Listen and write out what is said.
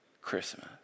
Christmas